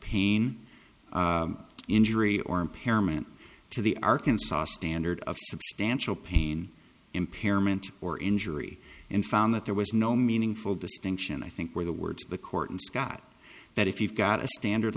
pain injury or impairment to the arkansas standard of substantial pain impairment or injury and found that there was no meaningful distinction i think were the words of the court and scott that if you've got a standard